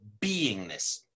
beingness